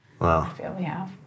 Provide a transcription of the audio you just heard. Wow